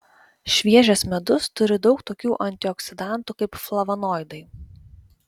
šviežias medus turi daug tokių antioksidantų kaip flavonoidai